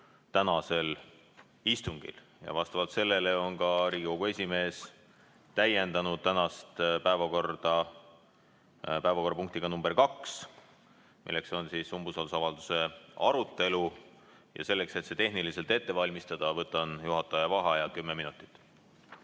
tänasel istungil. Vastavalt sellele on ka Riigikogu esimees täiendanud tänast päevakorda päevakorrapunktiga nr 2, milleks on umbusaldusavalduse arutelu. Selleks, et see tehniliselt ette valmistada, võtan juhataja vaheaja kümme minutit.V